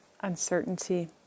uncertainty